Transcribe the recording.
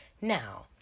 Now